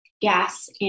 gas